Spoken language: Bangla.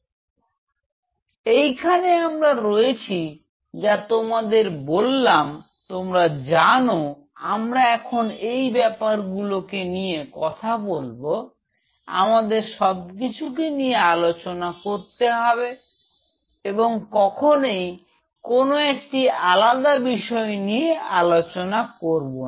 তো এইখানে আমরা রয়েছি যা তোমাদের বললাম তোমরা জানো আমরা যখন এই ব্যাপার গুলো নিয়ে কথা বলব আমাদের সবকিছুকেই নিয়ে আলোচনা করতে হবে এবং কখনোই কোন একটি আলাদা বিষয় নিয়ে আলোচনা করব না